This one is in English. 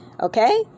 Okay